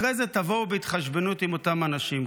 אחרי זה תבואו בהתחשבנות עם אותם אנשים,